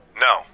No